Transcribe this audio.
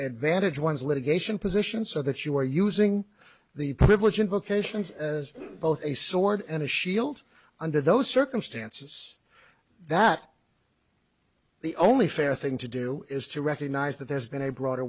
advantage one's litigation position so that you are using the privilege invocations as both a sword and a shield under those circumstances that the only fair thing to do is to recognize that there's been a bro